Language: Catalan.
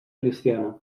cristiana